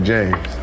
James